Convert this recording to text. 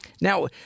Now